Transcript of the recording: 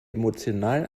emotional